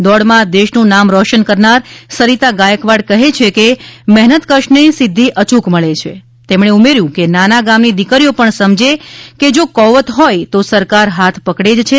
દોડમાં દેશનું નામ રોશન કરનાર સરિતા ગાયકવાડ કહે છે કે મહેનતકશને સિધ્ધી અયૂક મળે છે તેમણે ઉમેર્યું હતું કે નાના ગામની દીકરીઓ પણ સમજે કે જો કૌવત હોય તો સરકાર હાથ પકડે જ છે